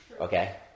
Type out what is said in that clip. Okay